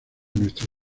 nuestra